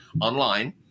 online